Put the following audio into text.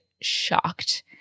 shocked